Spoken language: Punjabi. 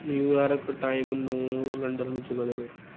ਨਿਊਯਾਰਕ ਟਾਈਮ ਨੂੰ ਲੰਡਨ ਵਿੱਚ ਬਦਲੋ